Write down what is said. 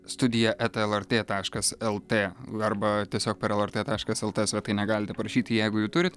studija eta el er tė taškas el tė arba tiesiog per el er tė taškas el tė svetainę galite parašyti jeigu jų turit